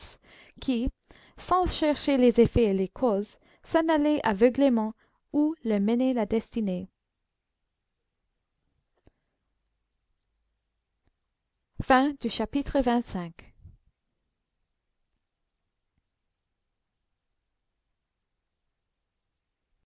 qui sans chercher les effets et les causes s'en allait aveuglément où le menait la destinée